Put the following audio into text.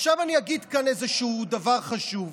עכשיו אני אגיד כאן איזשהו דבר חשוב.